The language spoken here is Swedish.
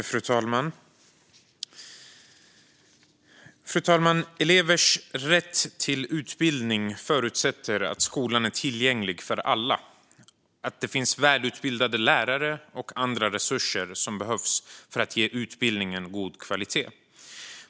Fru talman! Elevers rätt till utbildning förutsätter att skolan är tillgänglig för alla och att det finns välutbildade lärare och andra resurser som behövs för att ge utbildningen en god kvalitet.